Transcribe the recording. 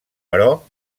però